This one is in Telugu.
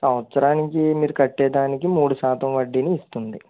సంవత్సరానికి మీరు కట్టేదానికి మూడు శాతం వడ్డీని ఇస్తుంది